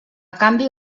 canvi